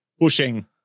pushing